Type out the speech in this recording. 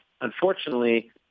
Unfortunately